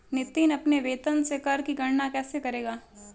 नितिन अपने वेतन से कर की गणना कैसे करेगा?